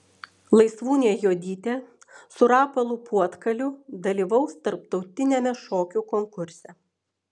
laisvūnė juodytė su rapolu puotkaliu dalyvaus tarptautiniame šokių konkurse